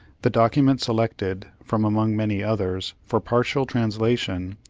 the document selected, from among many others, for partial translation,